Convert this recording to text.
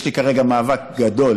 יש לי כרגע מאבק גדול